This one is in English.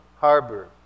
Harbor